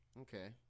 Okay